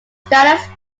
status